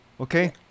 Okay